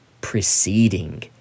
preceding